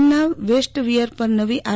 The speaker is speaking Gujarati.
ડેમના વેસ્ટ વિયર પર નવી આર